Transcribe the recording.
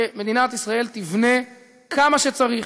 שמדינת ישראל תבנה כמה שצריך,